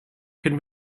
could